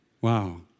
Wow